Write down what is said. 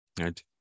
right